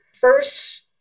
first